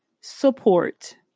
support